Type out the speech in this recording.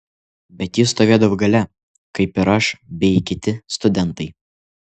bet ji stovėdavo gale kaip ir aš bei kiti studentai